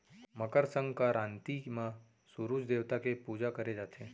मकर संकरांति म सूरूज देवता के पूजा करे जाथे